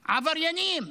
עבריינים,